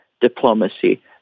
diplomacy